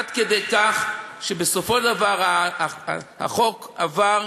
עד כדי כך שבסופו של דבר החוק עבר,